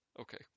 Okay